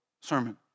sermon